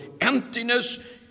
emptiness